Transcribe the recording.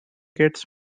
gets